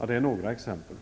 är några exempel.